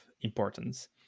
importance